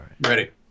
ready